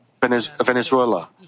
Venezuela